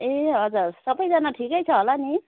ए हजर सबैजना ठिकै छ होला नि